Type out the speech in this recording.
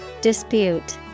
Dispute